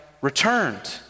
returned